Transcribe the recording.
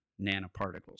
nanoparticles